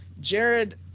jared